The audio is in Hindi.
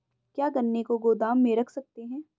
क्या गन्ने को गोदाम में रख सकते हैं?